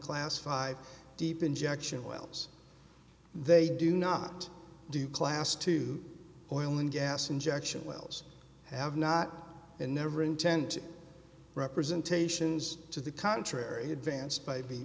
class five deep injection wells they do not do class to oil and gas injection wells have not and never intend representations to the contrary advanced by